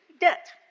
debt